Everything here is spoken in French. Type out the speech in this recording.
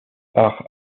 par